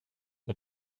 the